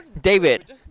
David